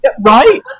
Right